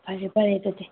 ꯐꯔꯦ ꯐꯔꯦ ꯑꯗꯨꯗꯤ